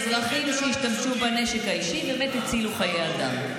אזרחים שהשתמשו בנשק האישי ובאמת הצילו חיי אדם.